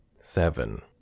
Seven